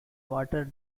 water